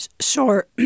sure